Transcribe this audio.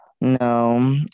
No